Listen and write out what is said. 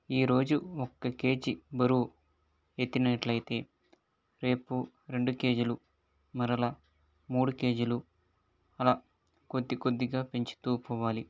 ఈరోజు ఒక్క కేజీ బరువు ఎత్తినట్లయితే రేపు రెండు కేజీలు మరలా మూడు కేజీలు అలా కొద్ది కొద్దిగా పెంచుతూ పోవాలి